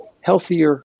healthier